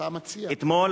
אתמול,